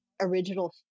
original